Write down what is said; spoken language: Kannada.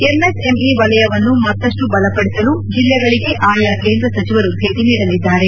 ಎಂಎಸ್ಎಂಇ ವಲಯವನ್ನು ಮತ್ತಷ್ಟು ಬಲಪಡಿಸಲು ಜಿಲ್ಲೆಗಳಿಗೆ ಆಯಾ ಕೇಂದ್ರ ಸಚಿವರು ಭೇಟಿ ನೀಡಲಿದ್ದಾರೆ